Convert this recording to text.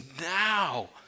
now